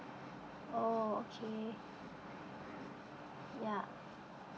oh okay ya